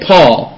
Paul